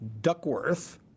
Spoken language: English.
Duckworth